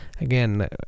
again